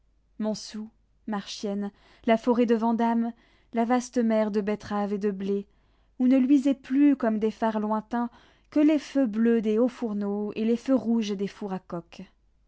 montsou marchiennes la forêt de vandame la vaste mer de betteraves et de blé où ne luisaient plus comme des phares lointains que les feux bleus des hauts fourneaux et les feux rouges des fours à coke